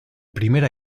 primera